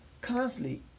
Constantly